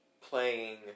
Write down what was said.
playing